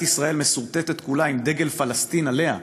ישראל מסורטטת כולה עם דגל פלסטין עליה,